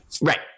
Right